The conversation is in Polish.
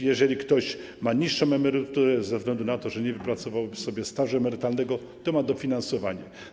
Jeżeli ktoś ma niższą emeryturę ze względu na to, że nie wypracował sobie stażu emerytalnego, to ma dofinansowanie.